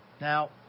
Now